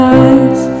eyes